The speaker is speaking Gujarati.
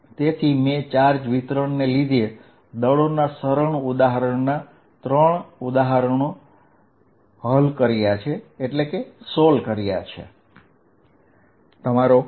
તો મેં ચાર્જ વિતરણને લીધે બળોને લગતા સરળ ઉદાહરણોને સોલ્વ કર્યા છે